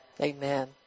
Amen